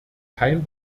kein